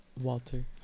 Walter